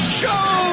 show